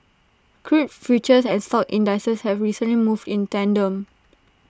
crude futures and stock indices have recently moved in tandem